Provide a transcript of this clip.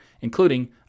including